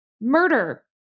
murder